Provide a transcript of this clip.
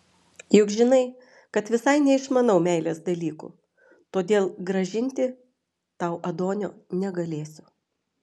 juk žinai kad visai neišmanau meilės dalykų todėl grąžinti tau adonio negalėsiu